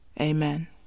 Amen